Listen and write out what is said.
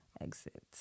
exit